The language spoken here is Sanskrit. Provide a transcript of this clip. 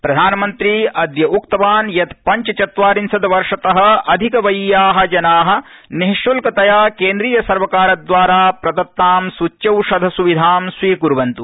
प्रधानमंत्री अद्य उक्तवान् यत् पंचचत्वारिशत् वर्षत अधिक वयीया जना निश्ल्कतया क्ष्ट्रीयसर्वकारद्वारा प्रदत्तां सूच्यौषध सुविधां स्वीकुर्वन्त्